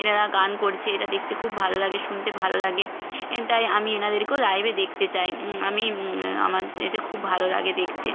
এনারা গান করছে এটা দেখতে খুব ভালো লাগে শুনতে ভালো লাগে তাই আমি এনাদেরকেও লাইভে দেখতে চাই আমি আমার এদের খুব ভালো লাগে দেখতে